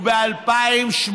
וב-2018,